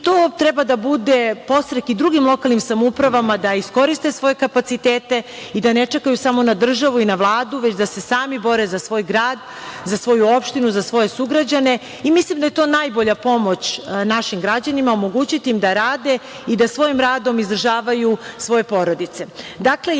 i to treba da bude podstrek i drugim lokalnim samoupravama da iskoriste svoje kapacitete i da ne čekaju samo na državu i na Vladu, već da se sami bore za svoj grad, za svoju opštinu, za svoje sugrađane. Mislim da je to najbolja pomoć našim građanima, omogućiti im da rade i da svojim radom izdržavaju svoje porodice. Dakle,